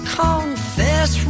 confess